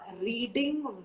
reading